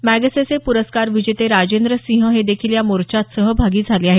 Magsaysay पुरस्कार विजेते राजेंद्र सिंह हे देखील या मोर्चात सहभागी झाले आहेत